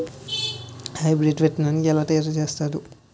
Hybrid విత్తనాన్ని ఏలా తయారు చేస్తారు?